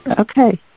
Okay